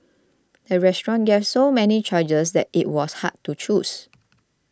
the restaurant gave so many charges that it was hard to choose